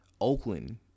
Oakland